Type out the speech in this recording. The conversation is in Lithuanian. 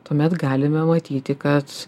tuomet galime matyti kad